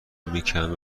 میکند